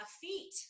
feet